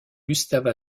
gustave